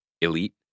Elite